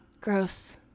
gross